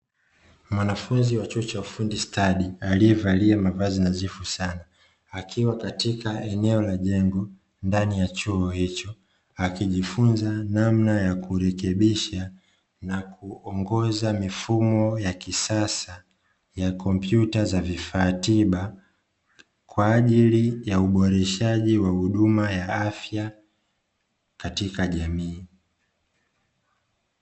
Mwanafunzi wa chuo cha ufundi stadi, aliyevalia mavazi nadhifu sana. Akiwa katika eneo la jengo ndani ya chuo hicho, akijifunza namna ya kurekebisha na kuongoza mifumo ya kisasa ya kompyuta za vifaa tiba, kwa ajili ya uboreshaji wa huduma ya afya katika jamii.